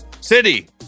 city